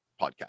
podcast